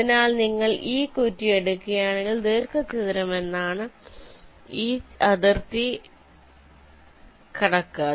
അതിനാൽ നിങ്ങൾ ഈ കുറ്റി എടുക്കുകയാണെങ്കിൽ ദീർഘചതുരം ഇതാണ് ഈ അതിർത്തി കടക്കുക